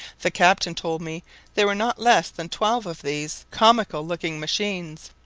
the captain told me there were not less than twelve of these comical-looking machines.